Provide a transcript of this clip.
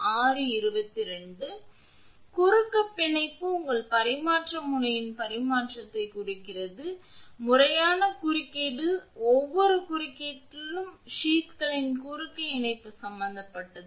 எனவே குறுக்கு பிணைப்பு உங்கள் பரிமாற்ற முறையின் பரிமாற்றத்தைக் குறிக்கிறது முறையான குறுக்கீடு மற்றும் ஒவ்வொரு குறுக்கீட்டிலும் சீத்களின் குறுக்கு இணைப்பு சம்பந்தப்பட்டது